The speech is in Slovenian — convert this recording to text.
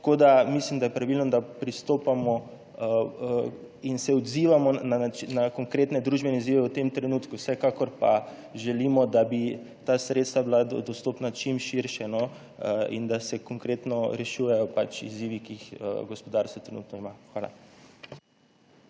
Tako mislim, da je pravilno, da pristopamo in se odzivamo na konkretne družbene izzive v tem trenutku. Vsekakor pa želimo, da bi bila ta sredstva dostopna čim širše in da se konkretno rešujejo izzivi, ki jih gospodarstvo trenutno ima. Hvala.